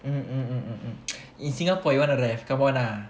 mm mm mm mm mm in Singapore you wanna rev come on lah